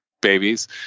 babies